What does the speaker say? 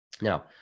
now